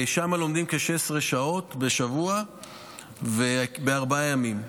שם לומדים כ-16 שעות בשבוע בארבעה ימים.